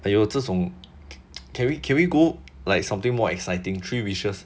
!aiyo! 这种 can we can we go like something more exciting three wishes